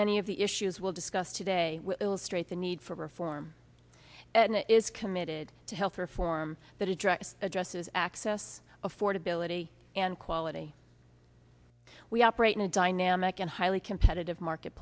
many of the issues we'll discuss today illustrate the need for reform and is committed to health reform that address addresses access affordability and quality we operate in a dynamic and highly competitive market